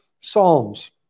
psalms